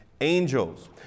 angels